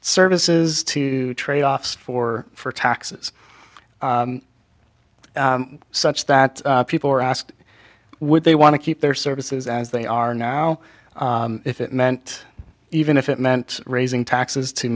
services to trade off for for taxes such that people were asked would they want to keep their services as they are now if it meant even if it meant raising taxes to